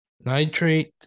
nitrate